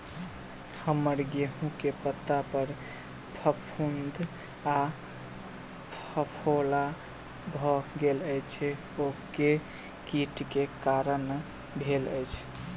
हम्मर गेंहूँ केँ पत्ता पर फफूंद आ फफोला भऽ गेल अछि, ओ केँ कीट केँ कारण भेल अछि?